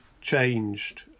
changed